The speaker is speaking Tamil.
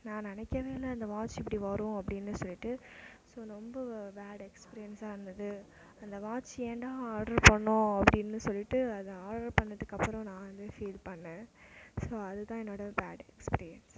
நான் நினைக்கவே இல்லை அந்த வாட்ச் இப்படி வரும் அப்படின்னு சொல்லிட்டு ஸோ ரொம்ப பேட் எக்ஸ்பீரியன்ஸ்சாக இருந்தது அந்த வாட்ச் ஏன்டா ஆட்ரு பண்ணிணோம் அப்படின்னு சொல்லிட்டு அது ஆடர் பண்ணதுக்கு அப்புறம் நான் வந்து ஃபீல் பண்ணிணேன் ஸோ அது தான் என்னோட பேட் எக்ஸ்பீரியன்ஸ்